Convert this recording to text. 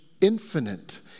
infinite